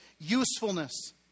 usefulness